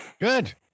Good